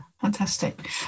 fantastic